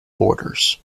borders